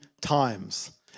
times